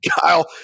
Kyle